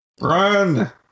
Run